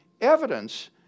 evidence